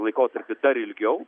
laikotarpį dar ilgiau